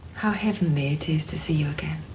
how heavenly it is to see you again.